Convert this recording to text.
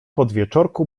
podwieczorku